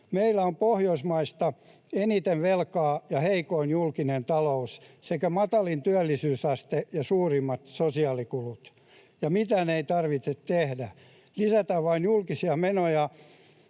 Meillä on Pohjoismaista eniten velkaa ja heikoin julkinen talous sekä matalin työllisyysaste ja suurimmat sosiaalikulut — ja mitään ei tarvitse tehdä, lisätään vain julkisia menoja